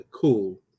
cool